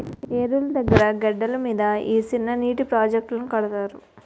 ఏరుల దగ్గిర గెడ్డల మీద ఈ సిన్ననీటి ప్రాజెట్టులను కడతారు